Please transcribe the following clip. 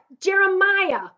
Jeremiah